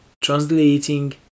translating